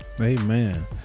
amen